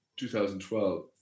2012